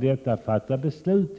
nu skulle fatta beslut.